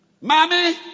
Mommy